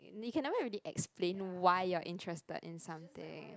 you can never really explain why you're interested in something